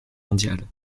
mondiale